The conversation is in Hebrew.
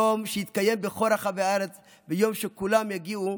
יום שיתקיים בכל רחבי הארץ, ויום שכולם יגיעו